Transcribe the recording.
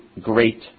great